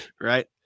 Right